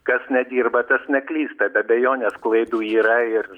kas nedirba tas neklysta be abejonės klaidų yra ir